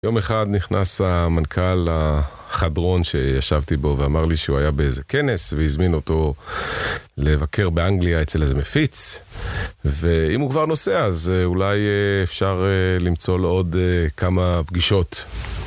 יום אחד נכנס המנכ״ל לחדרון שישבתי בו, ואמר לי שהוא היה באיזה כנס והזמינו אותו לבקר באנגליה אצל איזה מפיץ, ואם הוא כבר נוסע אז אולי אפשר למצוא לו עוד כמה פגישות.